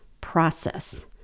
Process